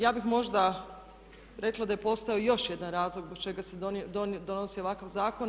Ja bih možda rekla da je postojao još jedan razlog zbog čega se donosi ovakav zakon.